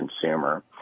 consumer